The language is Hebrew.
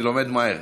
אני לומד מהר.